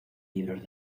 libros